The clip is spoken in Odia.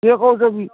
କିଏ କହୁଛନ୍ତି